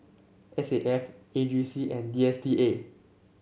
S A F A G C and D S T A